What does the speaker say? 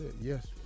Yes